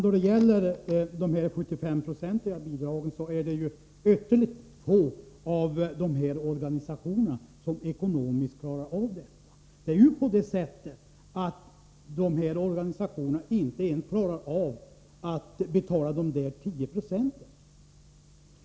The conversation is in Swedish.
Herr talman! Det är ytterligt få av dessa organisationer som ekonomiskt klarar av det 75-procentiga bidraget. De här organisationerna klarar inte ens av att betala de 10 procenten.